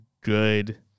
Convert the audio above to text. good